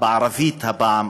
בערבית הפעם,